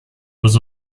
was